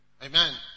Amen